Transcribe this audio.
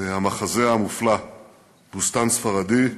והמחזה המופלא "בוסתן ספרדי"